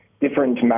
different